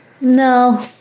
No